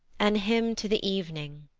an hymn to the evening.